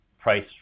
price